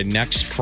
next